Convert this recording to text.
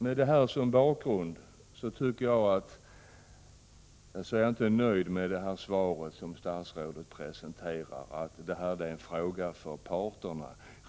Med allt detta som bakgrund är jag inte nöjd med det svar statsrådet har presenterat, att det här är en fråga för parterna.